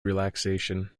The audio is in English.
relaxation